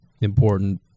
important